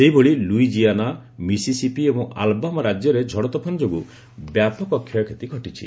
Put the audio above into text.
ସେହିଭଳି Louisiana Mississippi ଏବଂ Alabama ରାଜ୍ୟରେ ଝଡ଼ତୋଫାନ ଯୋଗୁଁ ବ୍ୟାପକ କ୍ଷୟକ୍ଷତି ଘଟିଛି